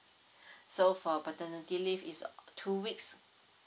so for paternity leave is two weeks